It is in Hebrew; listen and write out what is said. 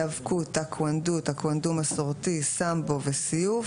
האבקות + טאקוונדו + טאקוונדו מסורתי + סמבו + סיוף